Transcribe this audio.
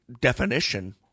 definition